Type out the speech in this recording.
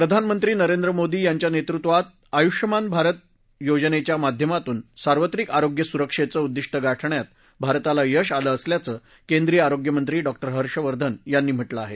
प्रधानमंत्री नरेंद्र मोदी यांच्या नेतृत्वात आयुष्यमान भारत योजनेच्या माध्यमातून सार्वत्रिक आरोग्य सुरक्षेचं उद्दिष्ट गाठण्यात भारताला यश आलं असल्याचं केंद्रीय आरोग्यमंत्री डॉक्ट े हर्षवर्धन यांनी म्हाक्रिं आहे